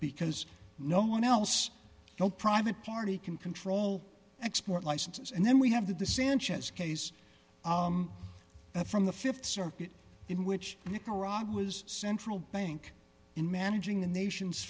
because no one else no private party can control export licenses and then we have the sanchez case from the th circuit in which nicaragua's central bank in managing the nation's